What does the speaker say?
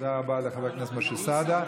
תודה רבה לחבר הכנסת משה סעדה.